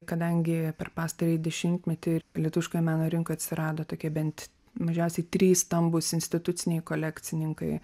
kadangi per pastarąjį dešimtmetį lietuviškojo meno rinkoj atsirado tokie bent mažiausiai trys stambūs instituciniai kolekcininkai